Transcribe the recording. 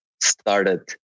started